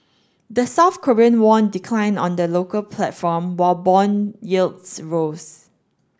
the South Korean won declined on the local platform while bond yields rose